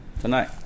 tonight